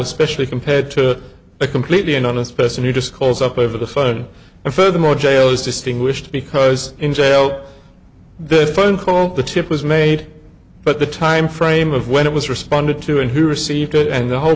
especially compared to a completely anonymous person who just calls up over the phone and furthermore jail is distinguished because in jail this phone call the tip was made but the timeframe of when it was responded to and who received it and the whole